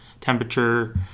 temperature